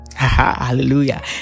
hallelujah